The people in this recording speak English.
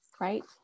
right